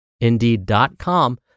indeed.com